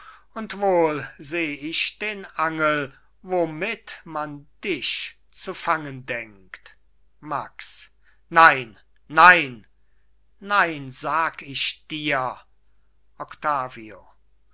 und wohl seh ich den angel womit man dich zu fangen denkt max nein nein nein sag ich dir octavio